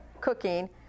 cooking